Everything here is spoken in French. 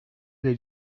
des